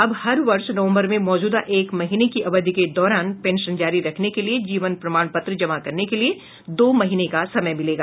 अब हर वर्ष नवंबर में मौजूदा एक महीने की अवधि के दौरान पेंशन जारी रखने के लिये जीवन प्रमाण पत्र जमा करने के लिये दो महीने का समय मिलेगा